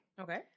okay